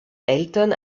eltern